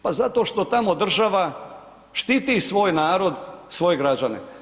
Pa zato što tamo država štiti svoj narod, svoje građane.